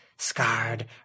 scarred